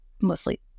mostly